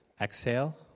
exhale